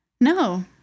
No